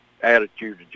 attitude